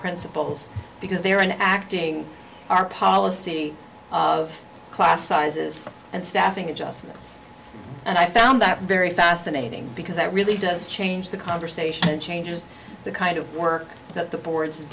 principles because they are in acting our policy of class sizes and staffing adjustments and i found that very fascinating because it really does change the conversation changers the kind of work that the boards